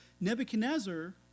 Nebuchadnezzar